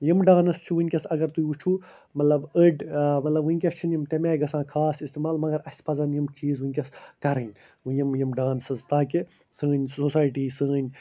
یِم ڈانَس چھِ وُنکٮ۪س اگر تُہۍ وُچھُو مطلب أڑۍ مطلب ؤنکٮ۪س چھِنہٕ یِم تَمہِ آیہِ گژھان خاص استعمال مگر اَسہِ پَزَن یِم چیٖز ؤنکٮ۪س کَرٕنۍ یِم یِم ڈانسٕز تاکہِ سٲنۍ سوسایٹی سٲنۍ